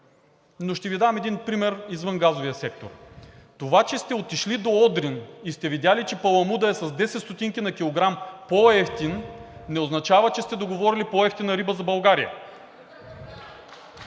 Ще Ви дам един пример извън газовия сектор. Това, че сте отишли до Одрин и сте видели, че паламудът е с 10 стотинки на килограм по-евтин, не означава, че сте договорили по-евтина риба за България.